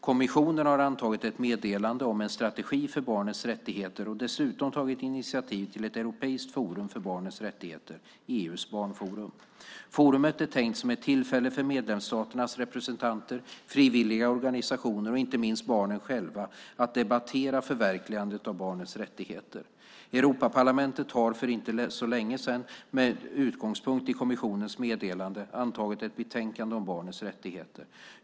Kommissionen har antagit ett meddelande om en strategi för barnets rättigheter och dessutom tagit initiativ till ett europeiskt forum för barnets rättigheter, EU:s barnforum. Forumet är tänkt som ett tillfälle för medlemsstaternas representanter, frivilliga organisationer och inte minst barnen själva att debattera förverkligandet av barnets rättigheter. Europaparlamentet har för inte så länge sedan, med utgångspunkt i kommissionens meddelande, antagit ett betänkande om barnets rättigheter.